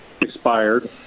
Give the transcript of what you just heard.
expired